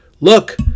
Look